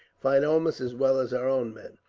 fight almost as well as our own men.